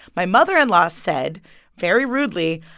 my mother-in-law said very rudely,